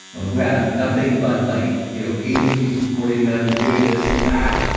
who have nothing but like you know agencies supporting them doing this and that,